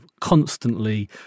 constantly